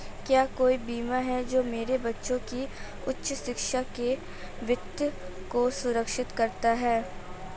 क्या कोई बीमा है जो मेरे बच्चों की उच्च शिक्षा के वित्त को सुरक्षित करता है?